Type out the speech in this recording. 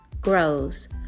grows